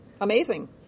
amazing